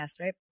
right